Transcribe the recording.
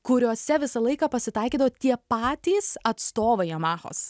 kuriuose visą laiką pasitaikydavo tie patys atstovai jamahos